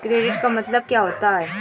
Credit का मतलब क्या होता है?